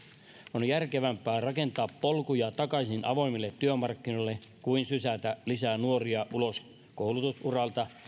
on järkevämpää rakentaa polkuja takaisin avoimille työmarkkinoille kuin sysätä lisää nuoria ulos koulutusuralta